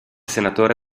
senatore